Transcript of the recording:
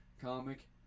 comic